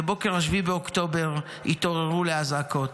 בבוקר 7 באוקטובר התעוררו לאזעקות.